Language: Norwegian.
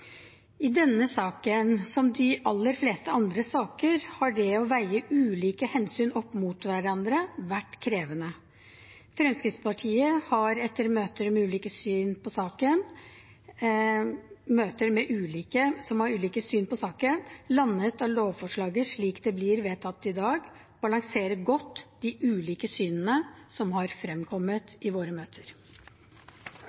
I denne saken, som i de aller fleste andre saker, har det å veie ulike hensyn opp mot hverandre vært krevende. Fremskrittspartiet har etter møter med ulike som har ulike syn på saken, landet på at lovforslaget slik det blir vedtatt i dag, balanserer godt de ulike synene som har fremkommet